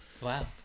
Wow